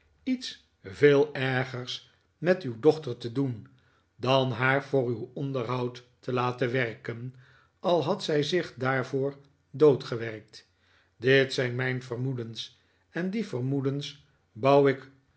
iets veel ergers met uw dochter te doen dan haar voor uw onderhoud te laten werken al had zij zich daarvoor dood gewerkt dit zijn mijn vermoedens en die vermoedens bouw ik